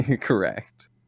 Correct